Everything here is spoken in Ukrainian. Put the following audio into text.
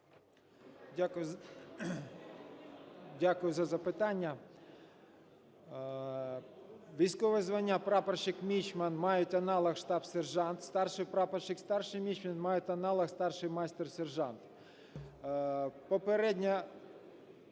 Дякую за запитання. Військове звання прапорщик-мічман мають аналог штаб-сержант. Старший прапорщик, старший-мічман мають аналог старший майстер-сержант.